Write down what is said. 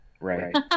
Right